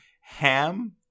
Ham